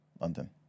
London